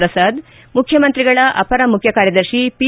ಪ್ರಸಾದ್ ಮುಖ್ಯಮಂತ್ರಿಗಳ ಅಪರ ಮುಖ್ಯಕಾರ್ಯದರ್ಶಿ ಪಿ